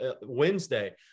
Wednesday